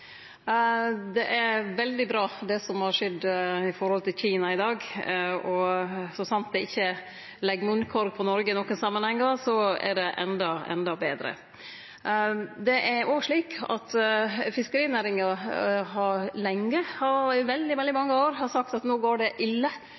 man også veldig tydelig på hvor viktig EU-markedet er. Det som har skjedd i forholdet til Kina i dag, er veldig bra. Så sant det ikkje legg munnkorg på Noreg i nokre samanhengar, er det endå betre. Fiskerinæringa har lenge – i veldig, veldig